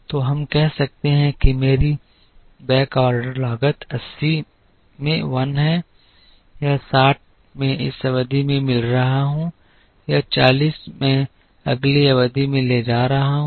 तो हम कहते हैं कि मेरी बैकऑर्डर लागत 80 में 1 है यह 60 मैं इस अवधि में मिल रहा हूं यह 40 मैं अगली अवधि में ले जा रहा हूं